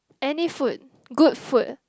any food good food